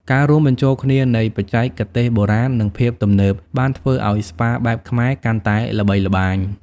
ការរួមបញ្ចូលគ្នានៃបច្ចេកទេសបុរាណ និងភាពទំនើបបានធ្វើឱ្យស្ប៉ាបែបខ្មែរកាន់តែល្បីល្បាញ។